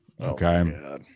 Okay